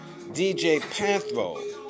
djpanthro